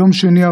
ביום שני,